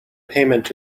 payment